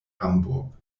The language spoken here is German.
hamburg